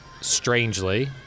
strangely